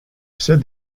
said